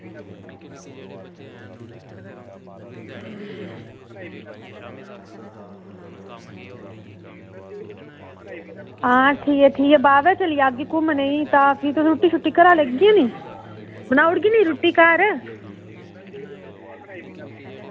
आं ठीक ऐ ठीक ऐ बाह्वे चली जाह्गी घुम्मनै गी बाकी ते रुट्टी घरा लैगी नी बनाई ओड़गी नी रुट्टी घर